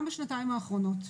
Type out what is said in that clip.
גם בשנתיים האחרונות.